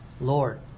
Lord